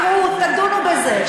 תראו, תדונו בזה.